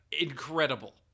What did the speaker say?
Incredible